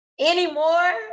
anymore